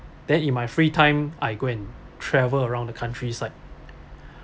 then in my free time I go and travel around the countryside